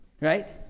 right